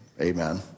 Amen